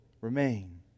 remain